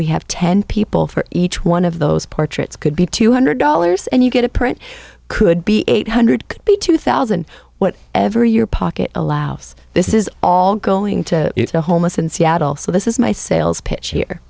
we have ten people for each one of those portraits could be two hundred dollars and you get a print could be eight hundred could be two thousand what ever your pocket a louse this is all going to the homeless in seattle so this is my sales pitch here